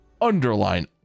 underline